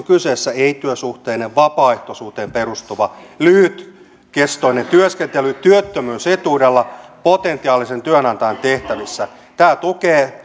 kyseessä ei työsuhteinen vapaaehtoisuuteen perustuva lyhytkestoinen työskentely työttömyysetuudella potentiaalisen työnantajan tehtävissä tämä tukee